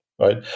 right